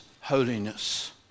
holiness